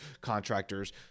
contractors